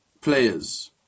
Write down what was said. players